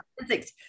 physics